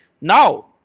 now